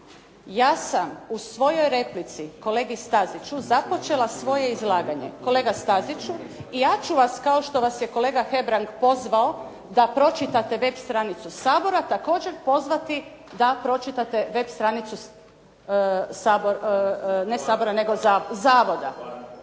Ja sam u svojoj replici kolegi Staziću započela svoje izlaganje: "Kolega Staziću i ja ću vas, kao što vas je kolega Hebrang pozvao da pročitate web stranicu sabora također pozvati da pročitate web stranica zavoda."